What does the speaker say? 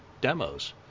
demos